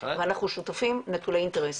ואנחנו שותפים נטולי אינטרסים.